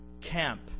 camp